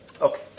Okay